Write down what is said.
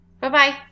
Bye-bye